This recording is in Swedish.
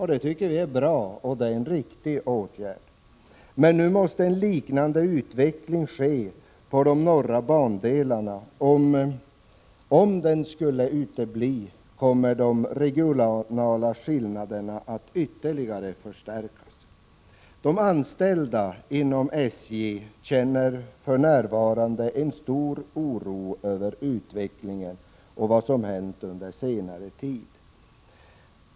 Det tycker vi är bra, och det är en riktig åtgärd. Men nu måste en liknande utveckling ske vad gäller bandelarna i norr. Om en sådan uteblir, kommer de regionala skillnaderna att ytterligare förstärkas. De anställda inom SJ känner för närvarande stor oro över utvecklingen under senare tid.